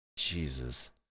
Jesus